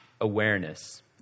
awareness